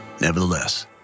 Nevertheless